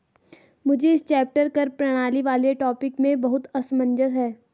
मुझे इस चैप्टर कर प्रणाली वाले टॉपिक में बहुत असमंजस है